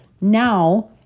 Now